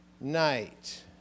night